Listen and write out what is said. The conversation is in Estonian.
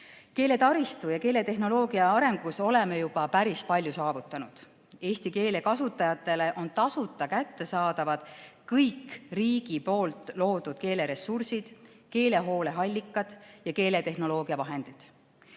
Keeletaristu ja keeletehnoloogia arengus oleme juba päris palju saavutanud. Eesti keele kasutajatele on tasuta kättesaadavad kõik riigi loodud keeleressursid, keelehooleallikad ja keeletehnoloogia vahendid.